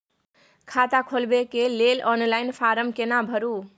खाता खोलबेके लेल ऑनलाइन फारम केना भरु?